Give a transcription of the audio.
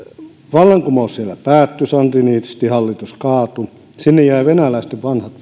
vallankumous siellä päättyi sandinistihallitus kaatui ja sinne jäivät venäläisten